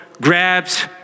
grabs